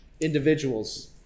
individuals